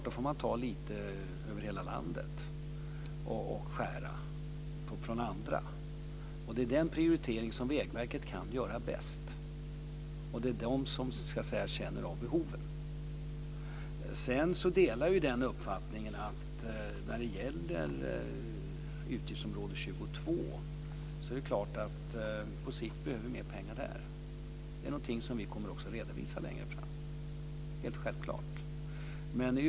Då får man skära lite i andra ändamål över hela landet. Det är den prioriteringen som Vägvärket bäst kan göra. Det är Vägverket som känner till behoven. Jag delar vidare den uppfattningen att utgiftsområde 22 på sikt behöver mera pengar. Detta kommer vi självklart också att redovisa längre fram.